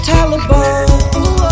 Taliban